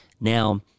Now